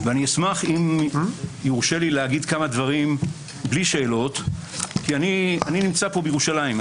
ואשמח אם יורשה לי לומר כמה דברים בלי שאלות כי אני נמצא פה בירושלים.